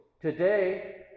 Today